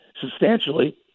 substantially